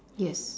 yes